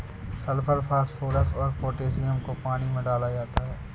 sulphur phosphorus और potassium को पानी में डाला जाता है